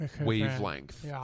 wavelength